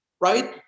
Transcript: right